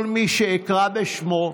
כל מי שאקרא בשמו,